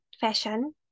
fashion